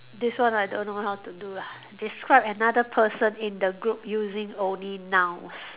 this one I don't know how to do lah describe another person in the group using only nouns